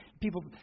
People